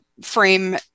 frame